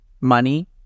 money